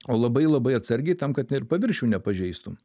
o labai labai atsargiai tam kad ir paviršių nepažeistum